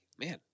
Man